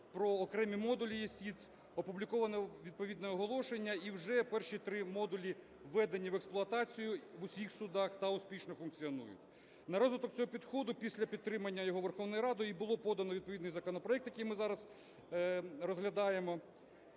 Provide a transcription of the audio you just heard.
про окремі модулі ЄСІТС, опубліковано відповідне оголошення, і вже перші три модулі введені в експлуатацію в усіх судах та успішно функціонують. На розвиток цього підходу після підтримання його Верховною Радою і було подано відповідний законопроект, який ми зараз розглядаємо.